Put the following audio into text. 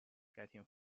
getting